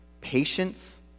patience